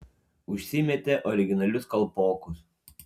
užsimetė originalius kalpokus